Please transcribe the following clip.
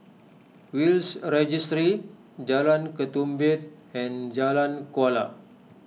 Will's Registry Jalan Ketumbit and Jalan Kuala